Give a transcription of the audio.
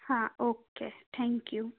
હા okay thank you